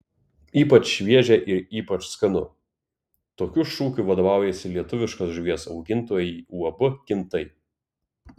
ypač šviežia ir ypač skanu tokiu šūkiu vadovaujasi lietuviškos žuvies augintojai uab kintai